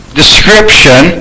description